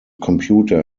computer